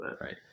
Right